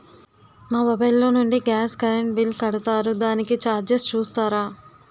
మా మొబైల్ లో నుండి గాస్, కరెన్ బిల్ కడతారు దానికి చార్జెస్ చూస్తారా?